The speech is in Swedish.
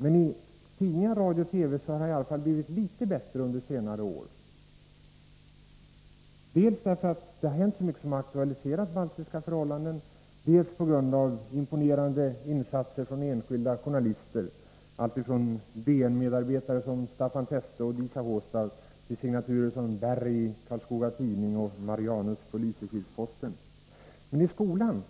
Men i tidningar, radio och TV har det i alla fall blivit litet bättre under senare år, dels därför att det har hänt så mycket som har aktualiserat baltiska förhållanden, dels därför att enskilda journalister — alltifrån DN-medarbetare som Staffan Teste och Disa Håstad till signaturer som Berry i Karlskoga Tidning och Marianus på Lysekilsposten — gjort imponerande insatser. I skolan